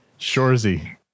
Shorzy